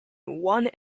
one